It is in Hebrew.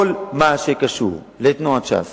כל מה שקשור לתנועת ש"ס